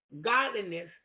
godliness